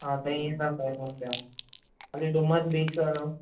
हा त हीअं था करु पिया हाली डूमस बीच था हलूं